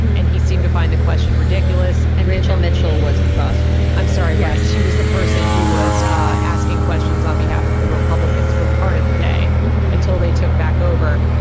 and he seemed to find the question ridiculous. and rachel mitchell was the prosecutor. i'm sorry. yes she was the person who was asking questions on behalf of the republicans were part of the day until they took back over.